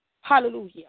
Hallelujah